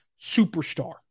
superstar